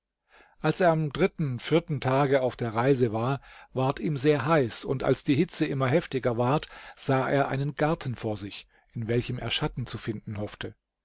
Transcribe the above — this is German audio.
als er am dritten vierten tage auf der reise war ward ihm sehr heiß und als die hitze immer heftiger ward sah er einen garten vor sich in welchem er schatten zu finden hoffte